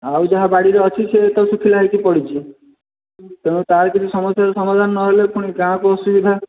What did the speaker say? ଆଉ ଯାହା ବାଡ଼ିରେ ଅଛି ସେ ତ ଶୁଖିଲା ହୋଇକି ପଡ଼ିଛି ତେଣୁ ତା ଭିତରେ ସମସ୍ୟାର ସମାଧାନ ନହେଲେ ପୁଣି ଗାଁକୁ ଅସୁବିଧା